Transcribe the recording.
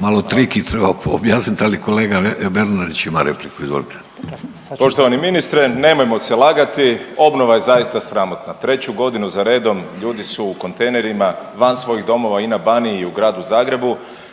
malo triki, treba objasniti, ali kolega Bernardić ima repliku. Izvolite. **Bernardić, Davor (Socijaldemokrati)** Poštovani ministre nemojmo se lagati. Obnova je zaista sramotna. Treću godinu za redom ljudi su u kontejnerima, van svojih domova i na Baniji i u Gradu Zagrebu,